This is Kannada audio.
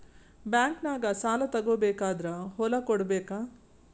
ಬ್ಯಾಂಕ್ನಾಗ ಸಾಲ ತಗೋ ಬೇಕಾದ್ರ್ ಹೊಲ ಕೊಡಬೇಕಾ?